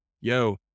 yo